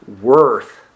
worth